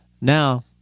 Now